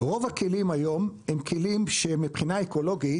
רוב הכלים היום הם כלים שמבחינה אקולוגית